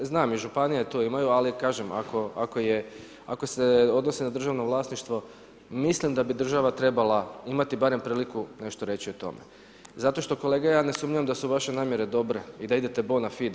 Znam i županije to imaju, ali kažem, ako se odnosi na državno vlasništvo mislim da bi država trebala imati barem priliku nešto reći o tome, zato što kolega ja ne sumnjam da su vaše namjere dobre i da idete bona fide.